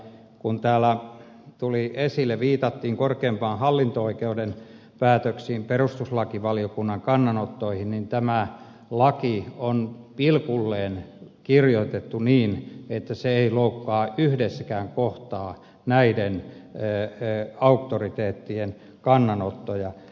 kun täällä viitattiin korkeimman hallinto oikeuden päätöksiin perustuslakivaliokunnan kannanottoihin niin tämä laki on pilkulleen kirjoitettu niin että se ei loukkaa yhdessäkään kohtaa näiden auktoriteettien kannanottoja